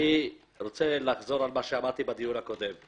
אני רוצה לחזור על מה שאמרתי בדיון הקודם.